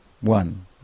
One